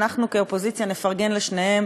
אנחנו כאופוזיציה נפרגן לשניהם